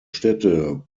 städte